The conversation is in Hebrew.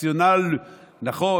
רציונל נכון: